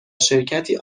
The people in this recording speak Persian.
شرکتی